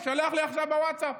הוא שולח לי עכשיו בווטסאפ.